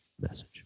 message